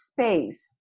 space